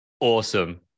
Awesome